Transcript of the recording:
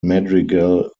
madrigal